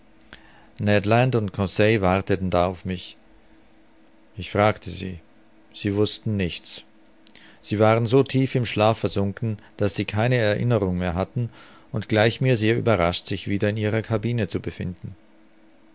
ned land und conseil warteten da auf mich ich fragte sie sie wußten nichts sie waren so tief im schlaf versunken daß sie keine erinnerung mehr hatten und gleich mir sehr überrascht sich wieder in ihrer cabine zu befinden